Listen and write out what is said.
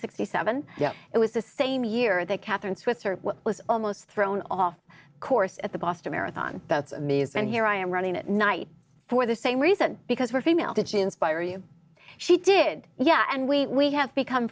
sixty seven yes it was the same year that catherine switzer was almost thrown off course at the boston marathon that's me and here i am running at night for the same reason because we're female to inspire you she did yeah and we have become